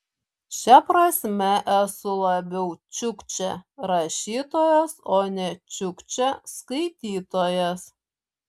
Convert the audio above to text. šia prasme esu labiau čiukčia rašytojas o ne čiukčia skaitytojas